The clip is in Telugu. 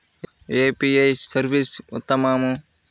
ఏ యూ.పీ.ఐ సర్వీస్ ఉత్తమము?